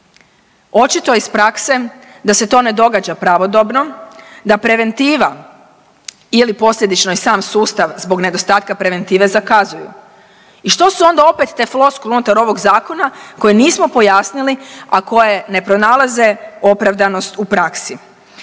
Očito iz prakse da se to ne događa pravodobno, da preventiva ili posljedično i sam sustav zbog nedostatka preventive zakazuju. I što su onda opet te floskule unutar ovog zakona koje nismo pojasnili, a koje ne pronalaze opravdanost u praksi.